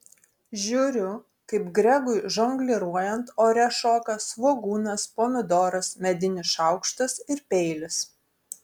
žiūriu kaip gregui žongliruojant ore šoka svogūnas pomidoras medinis šaukštas ir peilis